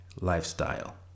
lifestyle